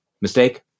Mistake